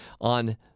on